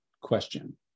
question